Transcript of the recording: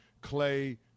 Clay